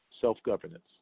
self-governance